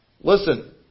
Listen